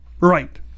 Right